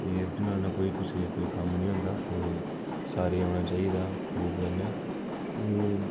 रुट्टी बनाना कुसै दा कोई कम्म नेईं होंदा एह् सारें गी औना चाहिदा खूब कन्ने एह्